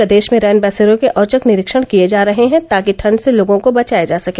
प्रदेश में रैन बसेरों के औचक निरीक्षण किए जा रहे हैं ताकि ठंड से लोगों को बचाया जा सके